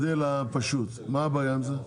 למגדל הפשוט, מה הבעיה עם זה?